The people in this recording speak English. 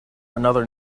another